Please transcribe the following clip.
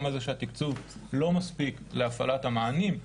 גם על זה שהתקצוב לא מספיק להפעלת המענים.